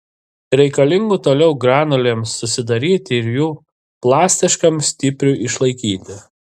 reikalingų toliau granulėms susidaryti ir jų plastiškam stipriui išlaikyti